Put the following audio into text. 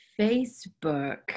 Facebook